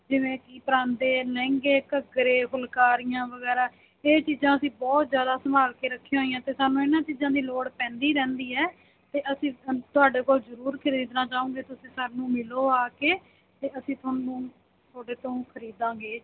ਜਿਵੇਂ ਕਿ ਪਰਾਂਦੇ ਲਹਿੰਗੇ ਘੱਗਰੇ ਫੁਲਕਾਰੀਆਂ ਵਗੈਰਾ ਇਹ ਚੀਜ਼ਾਂ ਅਸੀਂ ਬਹੁਤ ਜ਼ਿਆਦਾ ਸੰਭਾਲ ਕੇ ਰੱਖੀਆਂ ਹੋਈਆਂ ਅਤੇ ਸਾਨੂੰ ਇਹਨਾਂ ਚੀਜ਼ਾਂ ਦੀ ਲੋੜ ਪੈਂਦੀ ਰਹਿੰਦੀ ਹੈ ਅਤੇ ਅਸੀਂ ਤੁਹਾਡੇ ਕੋਲ ਜ਼ਰੂਰ ਖਰੀਦਣਾ ਚਾਹੋਂਗੇ ਤੁਸੀਂ ਸਾਨੂੰ ਮਿਲੋ ਆ ਕੇ ਅਤੇ ਅਸੀਂ ਤੁਹਾਨੂੰ ਤੁਹਾਡੇ ਤੋਂ ਖਰੀਦਾਂਗੇ